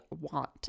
want